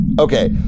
Okay